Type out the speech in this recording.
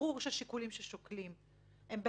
ברור שהשיקולים ששוקלים הם,